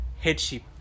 headship